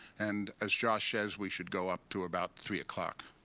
and as josh says, we should go up to about three o'clock.